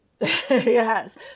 Yes